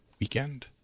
weekend